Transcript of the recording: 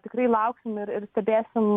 tikrai lauksim ir ir stebėsim